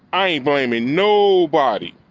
i blame in no body.